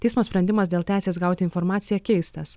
teismo sprendimas dėl teisės gauti informaciją keistas